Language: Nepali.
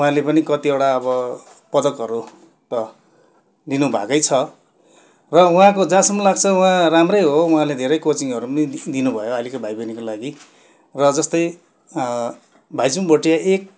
उहाँले पनि कतिवटा अब पदकहरू त लिनु भएकै छ र उहाँको जहाँसम्म लाग्छ उहाँ राम्रै हो उहाँले धेरै कोचिङहरू पनि दिनुभयो अहिलेको भाइबहिनीको लागि र जस्तै भाइचुङ भोटिया एक